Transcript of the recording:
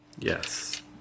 Yes